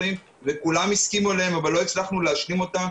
וכולם הסכימו עליהם אבל לא הצלחנו להשלים אותם.